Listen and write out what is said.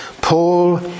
Paul